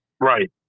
right